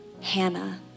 Hannah